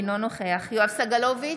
אינו נוכח יואב סגלוביץ'